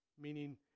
Meaning